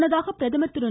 முன்னதாக பிரதமர் திரு